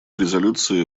резолюции